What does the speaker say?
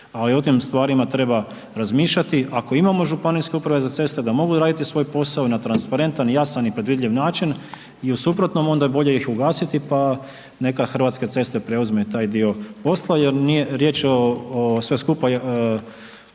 ali o tim stvarima treba razmišljati ako imamo županijske uprave za ceste da mogu odraditi svoj posao i na transparentan i jasan i predvidljiv način jer u suprotnom onda je bolje ih ugasiti pa neka Hrvatske ceste preuzmu taj dio posla jer nije riječ o sve skupa